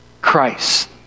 Christ